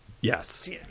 Yes